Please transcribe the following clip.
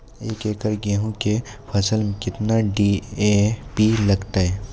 एक एकरऽ गेहूँ के फसल मे केतना डी.ए.पी लगतै?